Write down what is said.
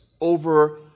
over